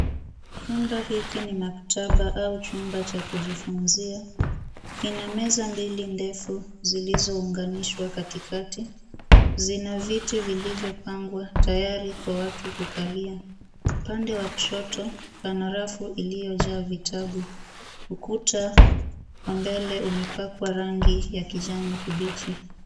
Chumba hiki ni maktaba au chumba cha kujifunzia kina meza mbili ndefu zilizounganishwa kati kati zina viti vilivyo pangwa tayari kwa watu kukalia upande wa kushoto pana rafu iliyojaa vitabu ukuta wa mbele umepakwa rangi ya kijani kibichi.